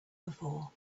before